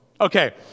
Okay